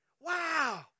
Wow